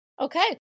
Okay